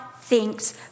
thinks